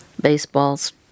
baseball's